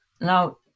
Now